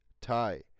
tie